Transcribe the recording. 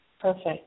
Perfect